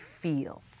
feel